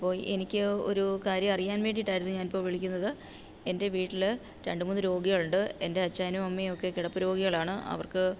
അപ്പോൾ എനിക്ക് ഒരു കാര്യ അറിയാൻ വേണ്ടിട്ടായിരുന്നു ഞാനിപ്പം വിളിക്കുന്നത് എൻ്റെ വീട്ടില് രണ്ടു മൂന്നു രോഗികളുണ്ട് എൻ്റെ അച്ഛനും അമ്മയുമൊക്കെ കിടപ്പുരോഗികളാണ് അവർക്ക്